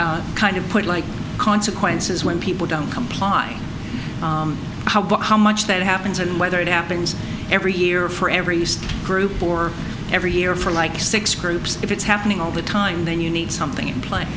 can kind of put like consequences when people don't comply how much that happens and whether it happens every year for every group or every year for like six groups if it's happening all the time then you need something in pla